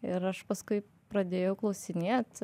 ir aš paskui pradėjau klausinėt